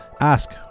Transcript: Ask